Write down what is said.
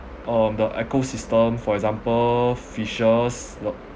um the ecosystem for example fishes uh